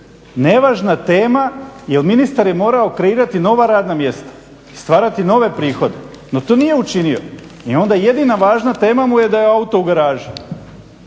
nevažna tema jer ministar je morao kreirati nova radna mjesta i stvarati nove prihode. No, to nije učinio. I onda jedina važna tema mu je da je auto u garaži.